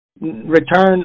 return